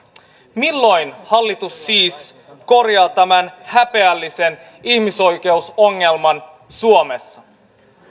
milloin hallitus siis korjaa tämän häpeällisen ihmisoikeusongelman suomessa